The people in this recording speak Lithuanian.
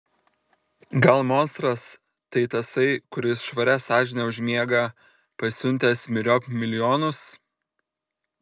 gal monstras tai tasai kuris švaria sąžine užmiega pasiuntęs myriop milijonus